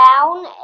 down